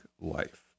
life